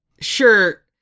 sure